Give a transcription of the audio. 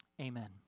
Amen